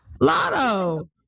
Lotto